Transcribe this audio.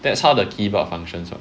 that's how the keyboard functions [what]